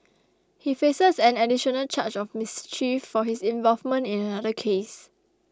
he faces an additional charge of mischief for his involvement in another case